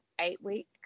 eight-week